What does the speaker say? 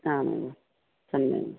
आमेवं सम्यक्